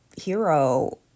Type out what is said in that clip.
hero